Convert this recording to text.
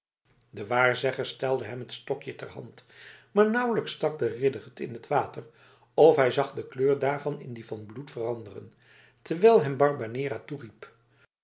de waarzegger stelde hem het stokje ter hand maar nauwelijks stak de ridder het in t water of hij zag de kleur daarvan in die van bloed veranderen terwijl hem barbanera toeriep